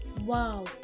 wow